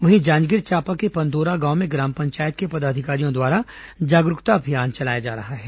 वहीं जांजगीर चांपा के पंतोरा गांव में ग्राम पंचायत के पदाधिकारियों द्वारा जागरूकता अभियान चलाया जा रहा है